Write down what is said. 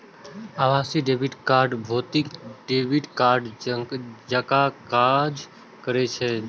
आभासी debit card भौतिक debit कार्डे जकां काज करै छै